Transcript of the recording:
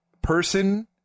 person